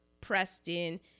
preston